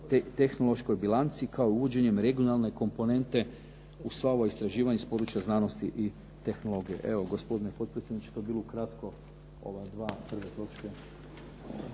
tehnološkoj bilanci kao i uvođenjem regionalne komponente u sva ova istraživanja iz područja znanosti i tehnologije. Evo, gospodine potpredsjedniče to bi bilo ukratko ova dvije prve točke.